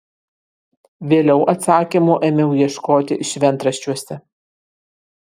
vėliau atsakymų ėmiau ieškoti šventraščiuose